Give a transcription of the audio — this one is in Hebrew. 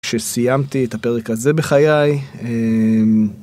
כשסיימתי את הפרק הזה בחיי.